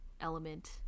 element